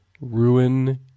ruin